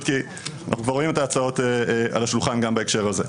כי אנחנו כבר ראינו את ההצעות על השולחן גם בהקשר הזה.